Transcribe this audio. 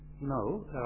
no